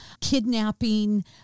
kidnapping